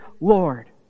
Lord